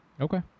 Okay